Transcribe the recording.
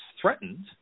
threatened